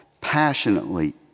passionately